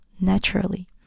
naturally